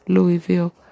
Louisville